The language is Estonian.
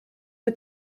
kui